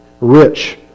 rich